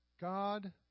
God